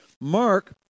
Mark